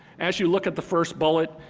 as you look at the first bullet,